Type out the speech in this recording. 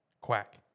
Quack